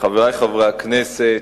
חברי חברי הכנסת,